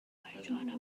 ماریجوانا